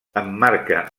emmarca